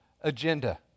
agenda